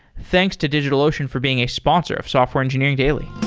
thanks to digitalocean for being a sponsor of software engineering daily.